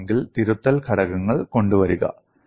ആവശ്യമെങ്കിൽ തിരുത്തൽ ഘടകങ്ങൾ കൊണ്ടുവരിക